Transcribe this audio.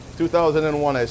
2001